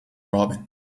robin